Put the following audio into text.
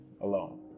alone